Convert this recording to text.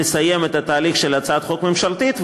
לסיים את התהליך של הצעת החוק הממשלתית,